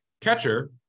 Catcher